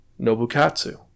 Nobukatsu